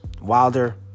wilder